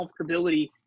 comfortability